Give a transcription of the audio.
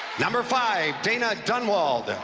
number five, dayna dunnwald,